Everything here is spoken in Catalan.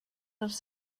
dels